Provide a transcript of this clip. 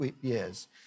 years